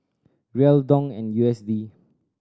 Riel Dong and U S D